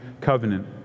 Covenant